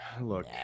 look